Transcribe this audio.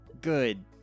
Good